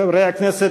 חברי הכנסת,